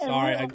Sorry